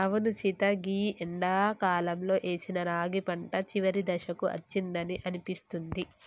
అవును సీత గీ ఎండాకాలంలో ఏసిన రాగి పంట చివరి దశకు అచ్చిందని అనిపిస్తుంది